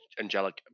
angelic